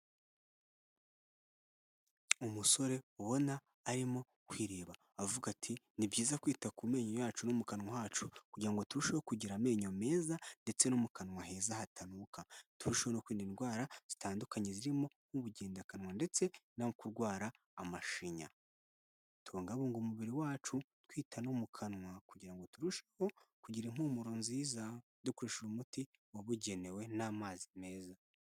Umusore ubona arimo kwireba avuga ati ni byiza kwita ku menyo yacu no mu kanwa hacu kugira ngo turusheho kugira amenyo meza ndetse no mu kanwa heza, hatanuka. Turusheho kwirinda indwara zitandukanye zirimo nk'ubugendakanwa ndetse no kurwara amashinya. Tubungabunge umubiri wacu twita no mu kanwa kugira ngo turusheho kugira impumuro nziza dukoresheje umuti wabugenewe n'amazi meza.